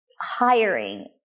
hiring